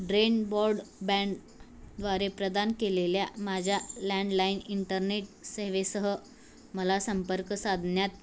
drainboard बँडद्वारे प्रदान केलेल्या माझ्या लँडलाइन इंटरनेट सेवेसह मला संपर्क साधण्यात